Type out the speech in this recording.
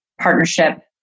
partnership